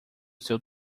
seu